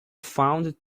found